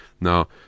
Now